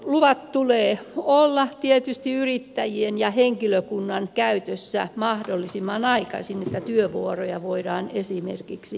poikkeuslupien tulee olla tietysti yrittäjien ja henkilökunnan käytössä mahdollisimman aikaisin niin että voidaan esimerkiksi työvuoroja järjestellä